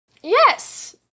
Yes